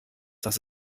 dass